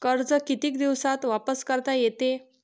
कर्ज कितीक दिवसात वापस करता येते?